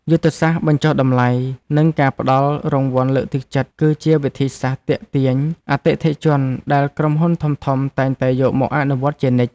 យុទ្ធសាស្ត្របញ្ចុះតម្លៃ និងការផ្តល់រង្វាន់លើកទឹកចិត្តគឺជាវិធីសាស្ត្រទាក់ទាញអតិថិជនដែលក្រុមហ៊ុនធំៗតែងតែយកមកអនុវត្តជានិច្ច។